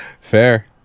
Fair